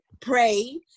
pray